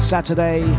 Saturday